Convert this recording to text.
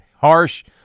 Harsh